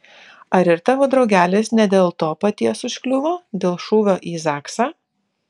ar ir tavo draugelis ne dėl to paties užkliuvo dėl šūvio į zaksą